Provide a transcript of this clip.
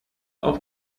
auf